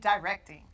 Directing